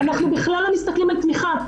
אנחנו בכלל לא מסתכלים על תמיכה.